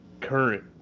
current